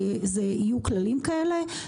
יהיו כללים כאלה,